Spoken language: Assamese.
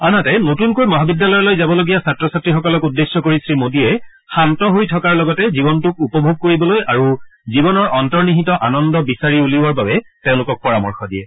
আনহাতে নতূনকৈ মহাবিদ্যালয়লৈ যাবলগীয়া ছাত্ৰ ছাত্ৰীসকলক উদ্দেশ্য কৰি শ্ৰী মোদীয়ে শান্ত হৈ থকাৰ লগতে জীৱনটোক উপভোগ কৰিবলৈ আৰু জীৱনৰ অন্তনিহিত আনন্দ বিচাৰি উলিওৱাৰ বাবে তেওঁলোকক পৰামৰ্শ দিয়ে